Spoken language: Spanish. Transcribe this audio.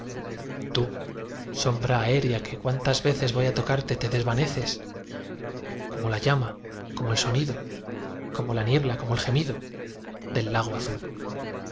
tú sombra aérea que cuantas veces voy á tocarte te desvaneces como la llama como el sonido como la niebla como el gemido del lago azul